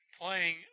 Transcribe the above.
Playing